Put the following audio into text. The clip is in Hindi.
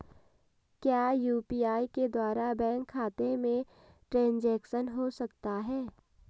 क्या यू.पी.आई के द्वारा बैंक खाते में ट्रैन्ज़ैक्शन हो सकता है?